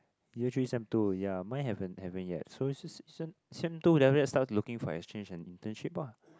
year three sem two yea mine haven't haven't yet so sem two then let start looking for exchange and internship ah